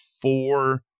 four